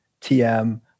tm